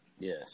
Yes